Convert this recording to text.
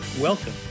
welcome